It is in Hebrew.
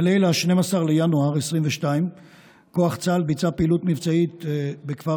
בליל 12 בינואר 2022 כוח צה"ל ביצע פעילות מבצעית בכפר